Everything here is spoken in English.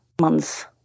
months